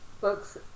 books